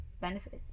benefits